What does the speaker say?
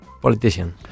Politician